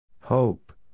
Hope